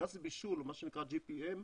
מה שנקרא גפ"מ,